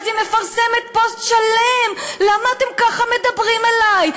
ואז היא מפרסמת פוסט שלם: למה אתם ככה מדברים עלי?